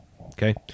Okay